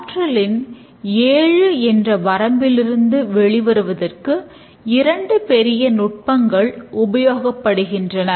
ஆற்றலின் ஏழு என்ற வரம்பில் இருந்து வெளிவருவதற்கு இரண்டு பெரிய நுட்பங்கள் உபயோகப்படுகின்றன